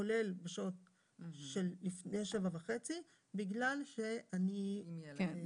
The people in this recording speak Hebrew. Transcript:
כולל בשעות שלפני 7:30 בגלל שאני עם ילד".